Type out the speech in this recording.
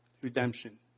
Redemption